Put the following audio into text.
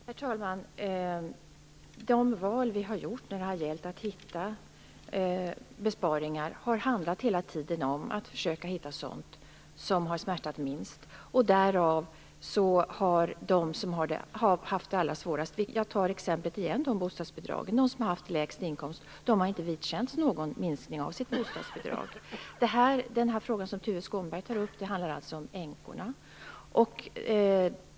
Herr talman! De val vi har gjort när det gällt besparingar har hela tiden handlat om att försöka att hitta sådant som har smärtat minst. Därav har de som har haft det allra svårast och som har lägst inkomst - jag tar igen exemplet med bostadsbidragen - inte vidkänts någon minskning av sitt bostadsbidrag. Den fråga som Tuve Skånberg tar upp handlar om änkorna.